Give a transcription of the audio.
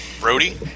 Brody